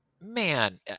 man